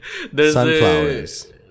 Sunflowers